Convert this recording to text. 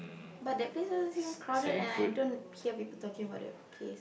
but that place is think crowded and I don't hear people talking about that place